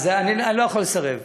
אז אני לא יכול לסרב.